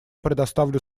предоставлю